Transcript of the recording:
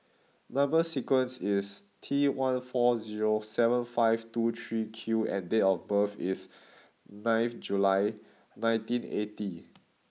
number sequence is T one four zero seven five two three Q and date of birth is ninth June nineteen eighty